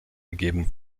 gegeben